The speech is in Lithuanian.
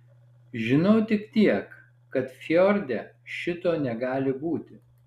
žinojau tik tiek kad fjorde šito negali būti